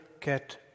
get